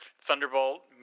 Thunderbolt